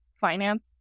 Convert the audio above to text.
finance